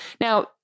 Now